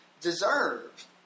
deserve